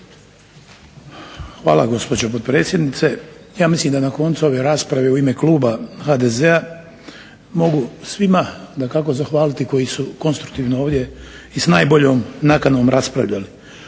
Hvala gospođo potpredsjednice. Ja mislim da na koncu ove rasprave u ime Kluba HDZ-a mogu svima zahvaliti koji su konstruktivno ovdje i s najboljom nakanom raspravljali.